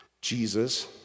Jesus